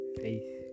faith